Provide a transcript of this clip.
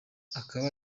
akaba